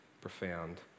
profound